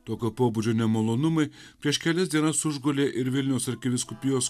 tokio pobūdžio nemalonumai prieš kelias dienas užgulė ir vilniaus arkivyskupijos